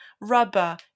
rubber